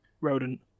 rodent